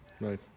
Right